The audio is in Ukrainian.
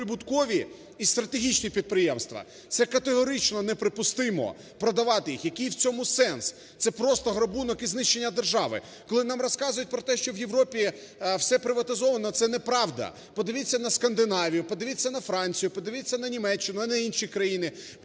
прибуткові і стратегічні підприємства, це категорично неприпустимо – продавати їх. Який в цьому сенс? Це просто грабунок і знищення держави. Коли нам розказують про те, що в Європі все приватизоване, це неправда. Подивіться на Скандинавію, подивіться на Францію, подивіться на Німеччину, на інші країни,